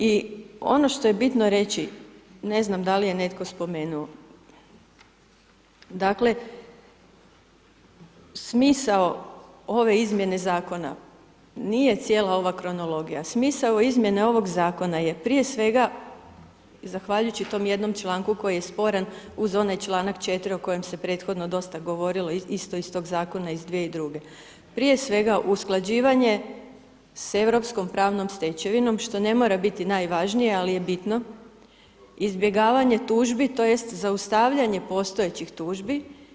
I ono što je bitno reći, ne znam da li je netko spomenuo, dakle smisao ove izmjene zakona nije cijela ova kronologija, smisao izmjene ovog zakona je prije svega zahvaljujući tom jednom članku koji je sporan uz onaj članak 4. o kojem se prethodno dosta govorilo isto iz tog zakona iz 2002. prije svega usklađivanje sa europskom pravnom stečevinom što ne mora biti najvažnije ali je bitno izbjegavanje tužbi tj. zaustavljanje postojećih tužbi.